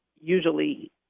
usually